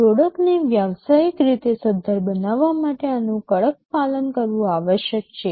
પ્રોડક્ટને વ્યાવસાયિક રીતે સદ્ધર બનાવવા માટે આનું કડક પાલન કરવું આવશ્યક છે